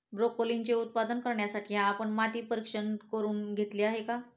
ब्रोकोलीचे उत्पादन करण्यासाठी आपण माती परीक्षण करुन घेतले आहे का?